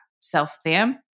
self-fam